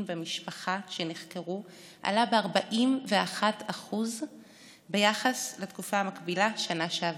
במשפחה שנחקרו עלה ב-41% ביחס לתקופה המקבילה בשנה שעברה,